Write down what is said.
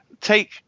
take